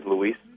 Luis